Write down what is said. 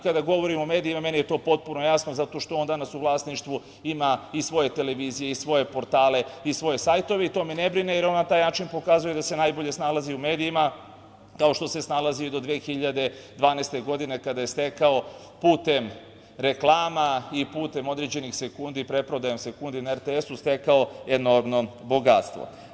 Kada govorim o medijima, meni je to potpuno jasno zato što on danas u vlasništvu ima i svoje televizije i svoje portale i svoje sajtove i to me ne brine, jer on na taj način pokazuje da se najbolje snalazi u medijima, kao što se snalazio i do 2012. godine, kada je stekao putem reklama i putem određenih sekundi, preprodajom sekundi na RTS-u, stekao enormno bogatstvo.